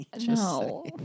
no